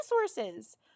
resources